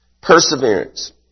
Perseverance